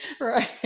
Right